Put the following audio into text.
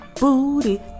booty